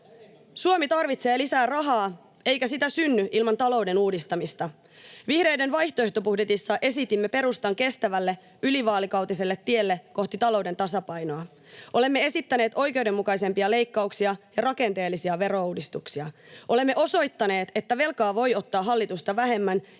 Suomi tarvitsee lisää rahaa, eikä sitä synny ilman talouden uudistamista. Vihreiden vaihtoehtobudjetissa esitimme perustan kestävälle, ylivaalikautiselle tielle kohti talouden tasapainoa. Olemme esittäneet oikeudenmukaisempia leikkauksia ja rakenteellisia verouudistuksia. Olemme osoittaneet, että velkaa voi ottaa hallitusta vähemmän